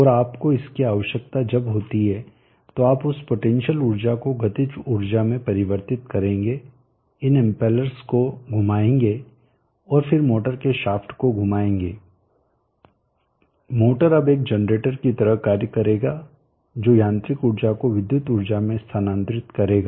और आपको इसकी आवश्यकता जब होती है तो आप उस पोटेंशियल ऊर्जा को गतिज ऊर्जा में परिवर्तित करेंगे इन इम्पेलर्स को घुमाएंगे और फिर मोटर के शाफ्ट को घुमाएंगे मोटर अब एक जनरेटर की तरह कार्य करेगा जो यांत्रिक ऊर्जा को विद्युत ऊर्जा में स्थानांतरित करेगा